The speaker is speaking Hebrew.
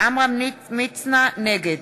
נגד